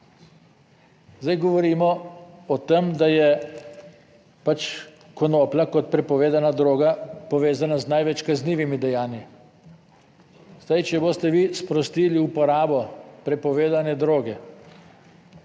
Zdaj govorimo o tem, da je pač konoplja kot prepovedana droga povezana z največ kaznivimi dejanji. Zdaj, če boste vi sprostili uporabo prepovedane droge,